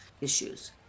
issues